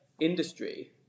industry